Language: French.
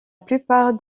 plupart